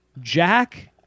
Jack